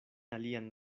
alian